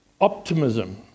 optimism